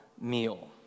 meal